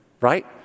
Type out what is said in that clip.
Right